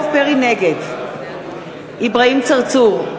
נגד אברהים צרצור,